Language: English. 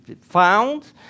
found